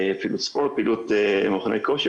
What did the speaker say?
פעילות ספורט ומכוני כושר.